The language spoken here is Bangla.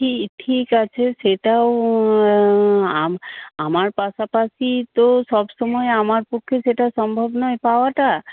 ঠিক আছে সেটাও আমার পাশাপাশি তো সবসময় আমার পক্ষে সেটা সম্ভব নয় পাওয়াটা